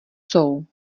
jsou